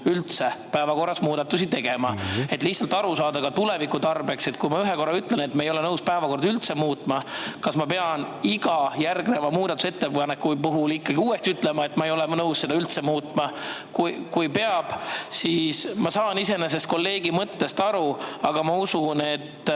üldse päevakorras muudatusi tegema. Tahaks tuleviku mõttes lihtsalt aru saada, et kui ma ühe korra ütlen, et me ei ole nõus päevakorda üldse muutma, kas ma pean iga järgmise muudatusettepaneku puhul ikkagi uuesti ütlema, et me ei ole nõus seda üldse muutma? Kui peab, siis … Ma saan iseenesest kolleegi mõttest aru, aga ma usun, et